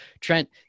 Trent